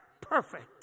perfect